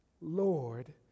Lord